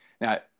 Now